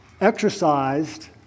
Exercised